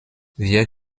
wir